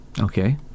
okay